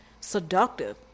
Seductive